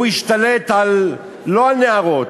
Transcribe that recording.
הוא השתלט לא על נערות,